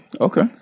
Okay